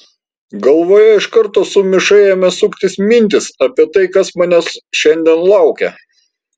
galvoje iš karto sumišai ėmė suktis mintys apie tai kas manęs šiandien laukia